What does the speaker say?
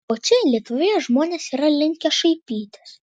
o čia lietuvoje žmonės yra linkę šaipytis